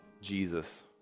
Jesus